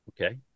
okay